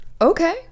okay